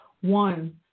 one